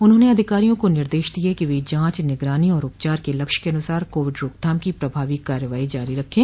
उन्होंने अधिकारियों को निर्देश दिये कि वे जांच निगरानी और उपचार के लक्ष्य के अनुसार कोविड रोकथाम की प्रभावी कार्रवाई जारी रखें